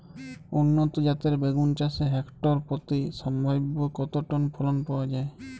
উন্নত জাতের বেগুন চাষে হেক্টর প্রতি সম্ভাব্য কত টন ফলন পাওয়া যায়?